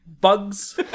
Bugs